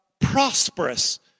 prosperous